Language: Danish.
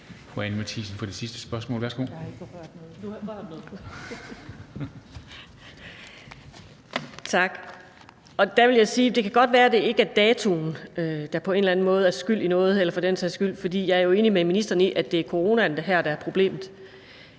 være, at det ikke er datoen, der på en eller anden måde er skyld i noget. For jeg er enig med ministeren i, at det er coronaen, der her er problemet.